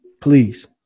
Please